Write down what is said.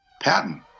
Patton